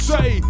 Say